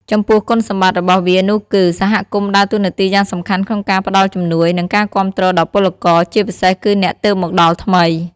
ចំពោះគុណសម្បត្តិរបស់វានោះគឺ សហគមន៍ដើរតួនាទីយ៉ាងសំខាន់ក្នុងការផ្ដល់ជំនួយ និងការគាំទ្រដល់ពលករ ជាពិសេសគឺអ្នកទើបមកដល់ថ្មី ។